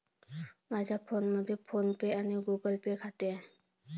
माझ्या फोनमध्ये PhonePe आणि गुगल पे खाते आहे